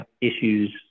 issues